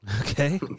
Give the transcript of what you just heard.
Okay